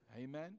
Amen